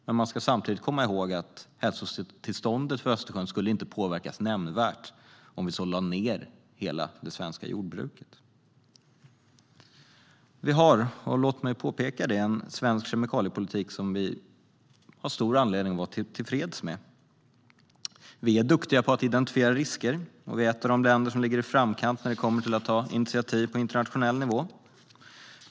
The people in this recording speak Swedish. Men man ska samtidigt komma ihåg att hälsotillståndet för Östersjön inte skulle påverkas nämnvärt om vi så lade ner hela det svenska jordbruket. Vi har - låt mig påpeka det - en svensk kemikaliepolitik som vi har stor anledning att vara tillfreds med. Vi är duktiga på att identifiera risker, och vi ett av de länder som ligger i framkant när det gäller att ta initiativ på internationell nivå.